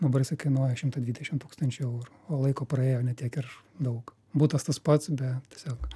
dabar jisai kainuoja šimtą dvidešim tūkstančių eurų o laiko praėjo ne tiek ir daug butas tas pats bet tiesiog